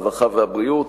הרווחה והבריאות.